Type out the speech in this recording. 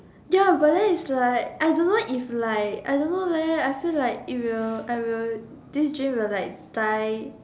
ya but then it's like I don't know if like I don't know I feel like it will I will this dream will like die